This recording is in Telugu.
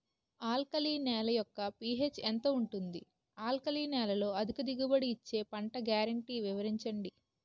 ఆల్కలి నేల యెక్క పీ.హెచ్ ఎంత ఉంటుంది? ఆల్కలి నేలలో అధిక దిగుబడి ఇచ్చే పంట గ్యారంటీ వివరించండి?